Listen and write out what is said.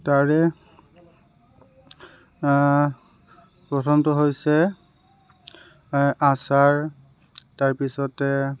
তাৰে প্ৰথমটো হৈছে আচাৰ তাৰপিছতে